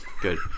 good